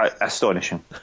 Astonishing